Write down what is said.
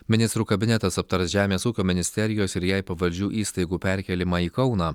ministrų kabinetas aptars žemės ūkio ministerijos ir jai pavaldžių įstaigų perkėlimą į kauną